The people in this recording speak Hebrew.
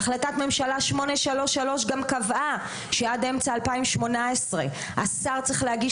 החלטת ממשלה 833 גם קבעה שעד אמצע 2018 השר צריך להגיש